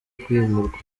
kwimurwa